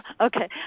Okay